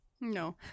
No